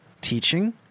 teaching